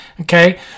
Okay